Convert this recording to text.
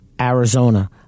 Arizona